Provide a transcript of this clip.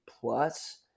plus